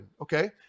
okay